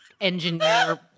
engineer